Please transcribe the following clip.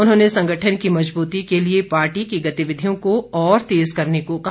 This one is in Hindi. उन्होंने संगठन की मजबूती के लिए पार्टी की गतिविधियों को और तेज करने को कहा